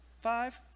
Five